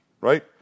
right